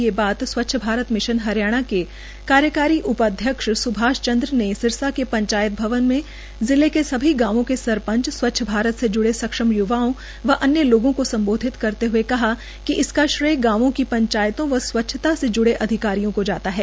यह बात स्वच्छ भारत मिशन हरियाणा के कार्यकारी उपाध्यक्ष सुभाष चन्द्र ने सिरसा के पंचायत भवन में जिले के सभी गांवों के सरपंच स्वच्छ भारत से जुडे सक्षम युवाओं व अन्य लोगों को सम्बोधित करते हए कहा कि इसका श्रेय गांवो की पंचायतों व स्वच्छता से ज्डे अधिकारियों को जाता है